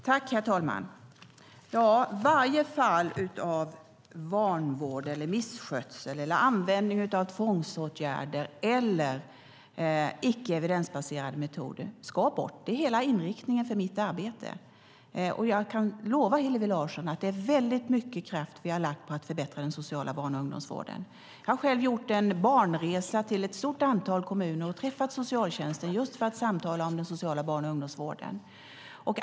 Herr talman! Varje fall av vanvård, misskötsel eller användning av tvångsåtgärder eller icke evidensbaserade metoder ska bort. Det är hela inriktningen för mitt arbete. Jag kan lova Hillevi Larsson att vi har lagt väldigt mycket kraft på att förbättra den sociala barn och ungdomsvården. Jag har själv gjort en barnresa till ett stort antal kommuner och träffat socialtjänsten, just för att samtala om den sociala barn och ungdomsvården.